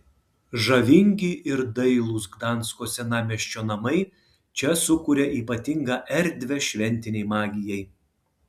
žavingi ir dailūs gdansko senamiesčio namai čia sukuria ypatingą erdvę šventinei magijai